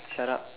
shut up